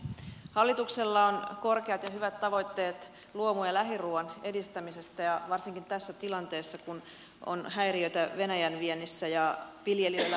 hallituksella on korkeat ja hyvät tavoitteet luomu ja lähiruuan edistämisestä ja varsinkin tässä tilanteessa kun on häiriötä venäjän viennissä ja viljelijöillä on kova ahdinko